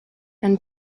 and